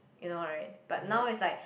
you know right but now is like